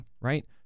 Right